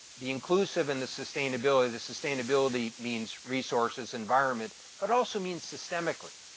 the inclusive and the sustainability, the sustainability means resources environment but also means systemically,